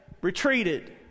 retreated